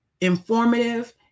informative